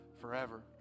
forever